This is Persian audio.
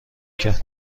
کرد